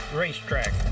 racetrack